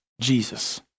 Jesus